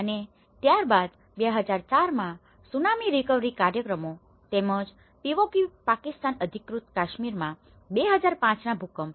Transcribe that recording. અને ત્યારબાદ 2004માં સુનામી રિકવરી કાર્યક્રમો તેમજ પીવોકી પાકિસ્તાન અધિકૃત કાશ્મીરમાં 2005 ના ભૂકંપ